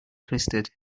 twisted